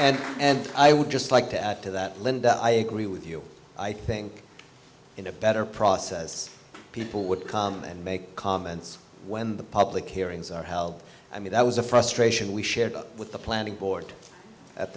thad and i would just like to add to that linda i agree with you i think in a better process people would call and make comments when the public hearings are held i mean that was a frustration we shared with the planning board at